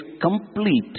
complete